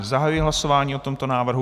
Zahajuji hlasování o tomto návrhu.